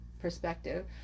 perspective